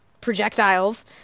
projectiles